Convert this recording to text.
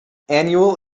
annual